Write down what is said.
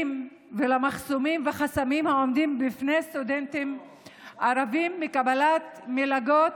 ולחסמים העומדים בפני סטודנטים ערבים בקבלת מלגות.